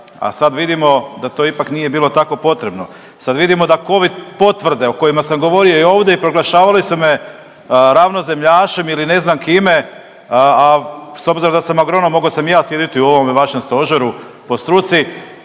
a sad vidimo da to ipak nije bilo tako potrebno. Sad vidimo da Covid potvrde o kojima sam govorio i ovdje i proglašavali su me ravnozemljašem ili ne znam kime, a, s obzirom da sam agronom, mogao sam i ja sjediti u ovome vašem Stožeru po struci,